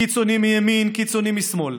קיצונים מימין, קיצונים משמאל.